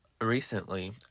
recently